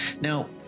Now